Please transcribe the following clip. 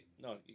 No